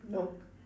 nope